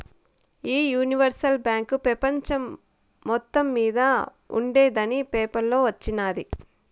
ఈ universal bank పెపంచం మొత్తం మింద ఉండేందని పేపర్లో వచిన్నాది